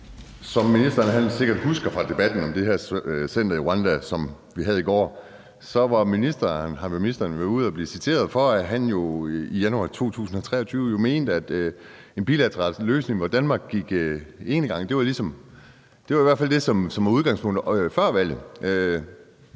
Som ministeren sikkert husker fra den debat om det her center i Rwanda, som vi havde i går, er ministeren blevet citeret for, at han i januar 2023 mente, at en bilateral løsning, hvor Danmark gik enegang, var udgangspunktet – det